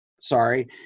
sorry